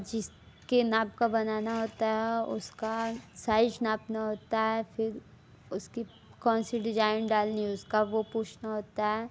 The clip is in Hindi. जिसके नाप का बनाना होता है उसका साइज नापना होता है फिर उसकी कौन सी डिजाइन डालनी है उसका वो पूछना होता है